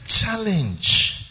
challenge